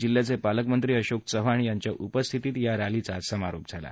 जिल्ह्याचे पालकमंत्री अशोक चव्हाण यांच्या उपस्थितीत या रॅलीचा समारोप झाला